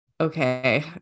okay